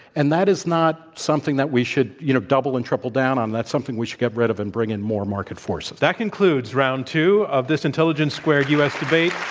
and that is not something that we should, you know, double and triple down on. that's something we should get rid of and bring in more market force. that concludes round two of this intelligence squared u. s. debate